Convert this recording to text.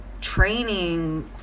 training